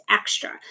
extra